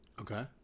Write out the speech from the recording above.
Okay